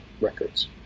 records